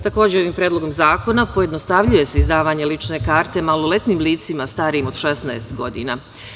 Takođe, ovim predlogom zakona pojednostavljuje se izdavanje lične karte maloletnim licima starijim od 16 godina.